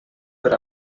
per